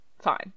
fine